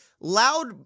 Loud